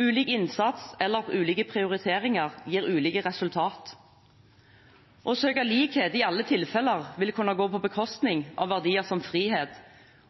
Ulik innsats, eller ulike prioriteringer, gir ulike resultater. Å søke likhet i alle tilfeller vil kunne gå på bekostning av verdier som frihet